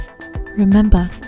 remember